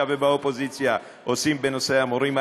ובאופוזיציה עושים בנושא המורים?